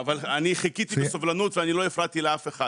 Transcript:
אבל, אני חיכיתי בסבלנות ואני לא הפרעתי לאף אחד.